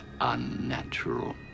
unnatural